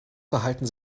verhalten